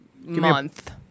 Month